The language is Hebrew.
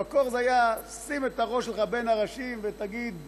במקור זה היה: שים את הראש שלך בין הראשים, ותגיד,